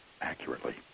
accurately